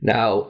Now